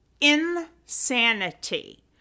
Insanity